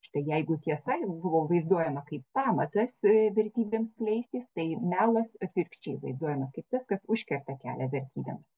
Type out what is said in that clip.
štai jeigu tiesa jau buvo vaizduojama kaip pamatas e vertybėms skleistis tai melas atvirkščiai vaizduojamas kaip tas kas užkerta kelią vertybėms